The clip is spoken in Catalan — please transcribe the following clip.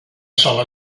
sola